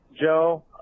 Joe